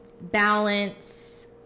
balance